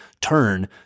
turn